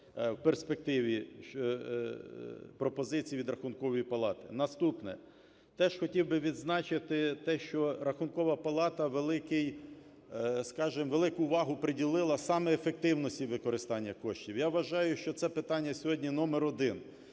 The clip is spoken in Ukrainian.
в перспективі пропозиції від Рахункової палати. Наступне. Теж хотів би відзначити те, що Рахункова палата, скажемо, велику увагу приділила саме ефективності використання коштів. Я вважаю, що це питання сьогодні номер один.